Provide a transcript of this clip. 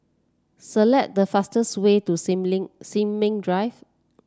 select the fastest way to Sin Ming Ling Sin Ming Drive